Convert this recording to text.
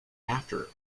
after